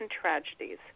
tragedies